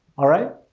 alright?